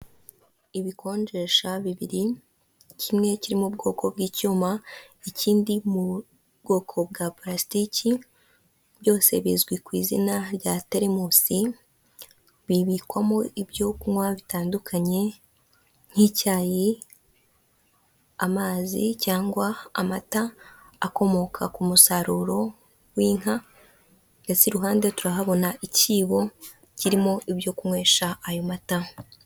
Ibikonjesha bibiri kimwe kiririmo ubwoko bw'icyuma ikindi mu bwoko bwa pulasitiki byose bizwi ku izina rya teremosi bibikwamo ibyokunywa bitandukanye, nk'icyayi, amazi, cyangwa amata akomoka ku musaruro w'inka, ndetse iruhande turahabona ikibo kirimo ibyo kunywesha ayo matama.